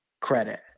credit